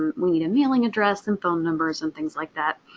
um we need a mailing address and phone numbers, and things like that.